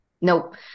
Nope